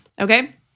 Okay